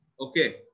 Okay